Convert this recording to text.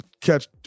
catch